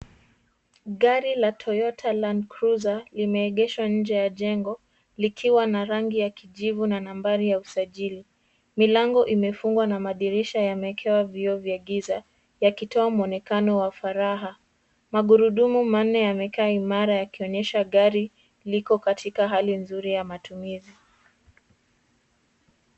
Gari la Toyota Landcruiser limeegeshwa nje ya jengo likiwa na rangi ya kijivu na nambari ya usajili. Milango imefungwa na madirisha yamewekewa vioo vya giza yakitoa mwonekano wa faragha. Magurumu manne yamekaa imara yakionyesha gari liko katika hali nzuri ya matumizi.